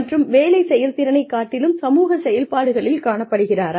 மற்றும் வேலை செயல்திறனைக் காட்டிலும் சமூக செயல்பாடுகளில் காணப்படுகிறாரா